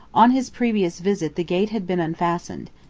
on his previous visit the gate had been unfastened,